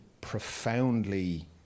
profoundly